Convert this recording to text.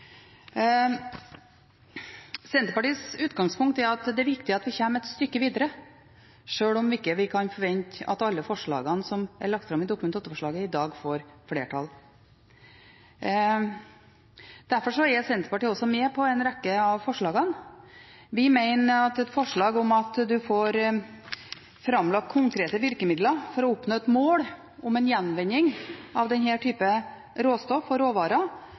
Senterpartiets utgangspunkt er at det er viktig at vi kommer et stykke videre, sjøl om vi ikke kan forvente at alle forslagene som er lagt fram i Dokument 8-forslaget i dag, får flertall. Derfor er Senterpartiet også med på en rekke av forslagene. Vi mener at et forslag om at en får framlagt konkrete virkemidler for å oppnå et mål om en gjenvinning av denne typen råstoff og råvarer,